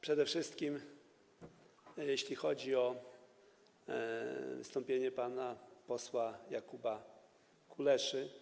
Przede wszystkim, jeśli chodzi o wystąpienie pana posła Jakuba Kuleszy.